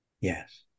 yes